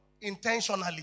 intentionally